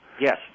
Yes